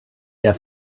der